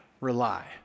rely